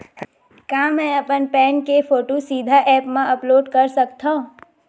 का मैं अपन पैन के फोटू सीधा ऐप मा अपलोड कर सकथव?